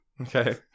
Okay